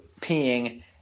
peeing